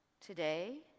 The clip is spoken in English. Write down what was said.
Today